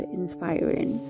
inspiring